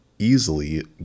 Easily